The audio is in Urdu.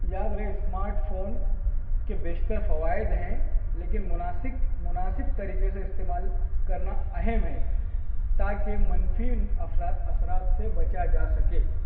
یاد رہے اسمارٹ فون کے بیشتر فوائد ہیں لیکن مناسک مناسب طریقے سے استعمال کرنا اہم ہے تاکہ منفی اثرات اثرات سے بچا جا سکے